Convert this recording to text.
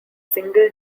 single